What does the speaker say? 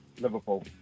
Liverpool